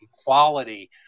equality